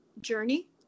journey